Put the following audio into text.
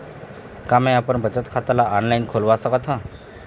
का मैं अपन बचत खाता ला ऑनलाइन खोलवा सकत ह?